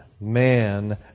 man